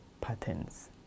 patterns